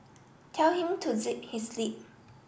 tell him to zip his lip